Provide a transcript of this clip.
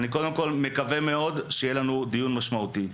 אני מקווה מאוד שיהיה לנו דיון משמעותי.